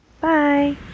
Bye